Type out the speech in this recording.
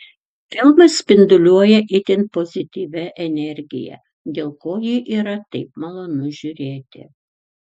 filmas spinduliuoja itin pozityvia energija dėl ko jį yra taip malonu žiūrėti